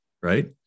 right